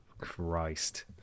Christ